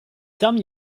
some